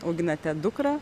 auginate dukrą